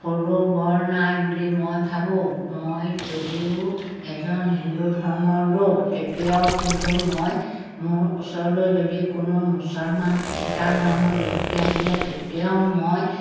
সৰু বৰ নাই বুলি মই ভাবোঁ মই যদিও এজন হিন্দু ধৰ্মৰ লোক তেতিয়াও কিন্তু মই মোৰ ওচৰলৈ যদি কোনো মুছলমান খ্ৰীষ্টান ধৰ্মৰ ব্যক্তি আহিলে কেতিয়াও মই